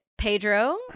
Pedro